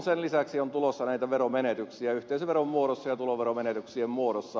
sen lisäksi on tulossa veronmenetyksiä yhteisöveron ja tuloveron menetyksien muodossa